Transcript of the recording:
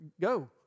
Go